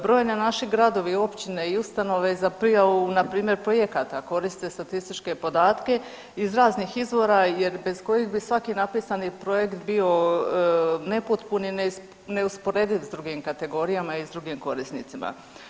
Brojni naši gradovi i općine i ustanove za prijavu na primjer projekata koriste statističke podatke iz raznih izvora bez kojih bi svaki napisani projekt bio nepotpun i neusporediv sa drugim kategorijama i sa drugim korisnicima.